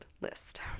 list